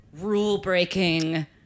rule-breaking